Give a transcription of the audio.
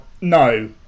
no